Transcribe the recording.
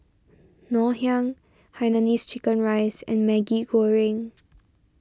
Ngoh Hiang Hainanese Chicken Rice and Maggi Goreng